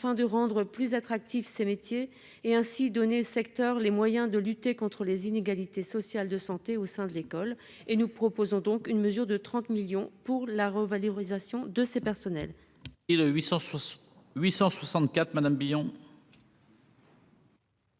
afin de rendre plus attractifs ces métiers et ainsi donner secteur les moyens de lutter contre les inégalités sociales de santé au sein de l'école et nous proposons donc une mesure de 30 millions pour la revalorisation de ces personnels.